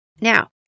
Now